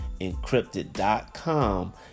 encrypted.com